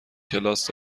کلاس